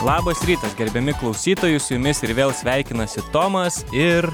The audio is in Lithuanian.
labas rytas gerbiami klausytojai su jumis ir vėl sveikinasi tomas ir